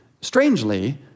strangely